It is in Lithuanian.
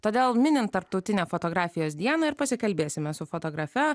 todėl minint tarptautinę fotografijos dieną ir pasikalbėsime su fotografe